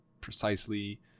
precisely